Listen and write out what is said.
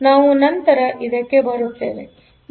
ನಾವು ನಂತರ ಮತ್ತೆ ಇದಕ್ಕೆ ಬರುತ್ತೇವೆ